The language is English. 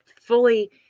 fully